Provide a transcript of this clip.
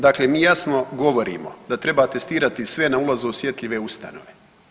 Dakle mi jasno govorimo da treba testirati sve na ulazu osjetljive ustanove.